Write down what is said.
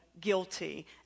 guilty